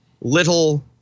little